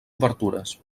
obertures